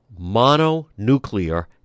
mononuclear